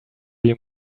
you